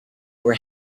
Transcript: were